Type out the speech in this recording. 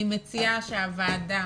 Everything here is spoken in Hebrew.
אני מציעה שהוועדה